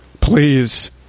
please